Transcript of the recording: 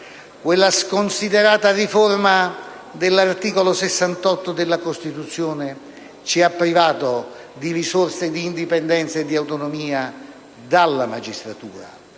Quella sconsiderata riforma dell'articolo 68 della Costituzione ci ha privato di risorse di indipendenza e di autonomia dalla magistratura